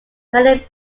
mainly